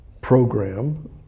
program